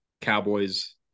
Cowboys